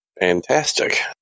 Fantastic